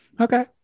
Okay